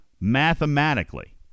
mathematically